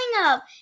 up